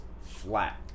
flat